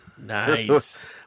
Nice